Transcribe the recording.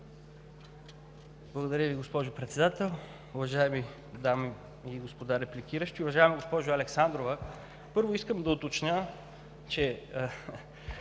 Благодаря Ви, госпожо Председател. Уважаеми дами и господа репликиращи! Уважаема госпожо Александрова, първо, искам да уточня, че